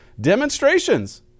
demonstrations